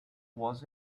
was